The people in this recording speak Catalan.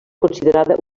considerada